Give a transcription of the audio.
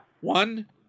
One